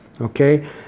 okay